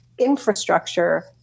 infrastructure